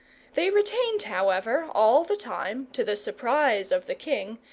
they retained, however, all the time, to the surprise of the king,